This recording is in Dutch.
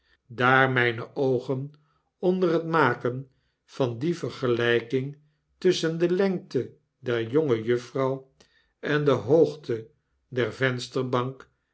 myne oogen onder het maken van die vergelyking tusschen de lengte der jongejuffrouw en de hoogte der vensterbank